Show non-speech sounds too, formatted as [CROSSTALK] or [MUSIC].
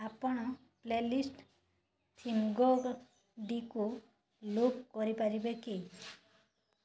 ଆପଣ playlist [UNINTELLIGIBLE] loop କରିପାରିବେ କି